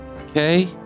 okay